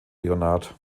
leonhardt